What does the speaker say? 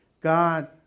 God